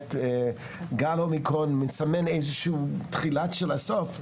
באמת גל האומיקרון מסמן איזושהי תחילה של הסוף,